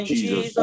Jesus